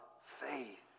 faith